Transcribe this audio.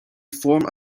formed